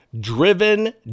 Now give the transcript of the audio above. driven